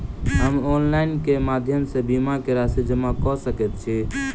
हम ऑनलाइन केँ माध्यम सँ बीमा केँ राशि जमा कऽ सकैत छी?